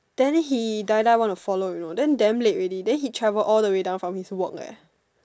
then he die die want to follow you know then damn late already then he travel all the way down from his work eh